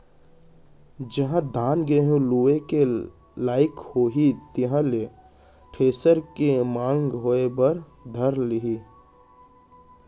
जिहॉं धान, गहूँ लुए के लाइक होही तिहां ले थेरेसर के मांग होय बर धर लेही